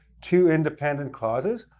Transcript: two independent clauses,